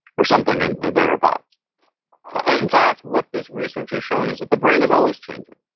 or something in there about in fact, what this research has shown is that the brain is always changing.